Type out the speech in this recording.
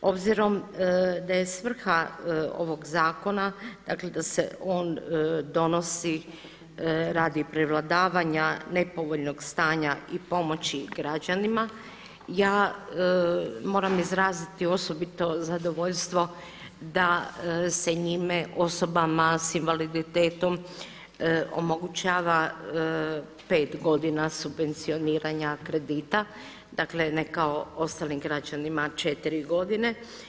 Obzirom da je svrha ovog zakona da se on donosi radi prevladavanja nepovoljnog stanja i pomoći građanima, ja moram izraziti osobito zadovoljstvo da se njime osobama s invaliditetom omogućava pet godina subvencioniranja kredita, dakle ne kao ostalim građanima četiri godine.